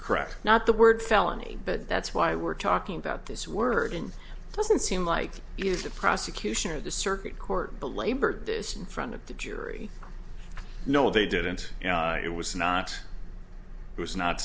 correct not the word felony but that's why we're talking about this wording doesn't seem like it was the prosecution or the circuit court belabored this in front of the jury no they didn't you know it was not it was not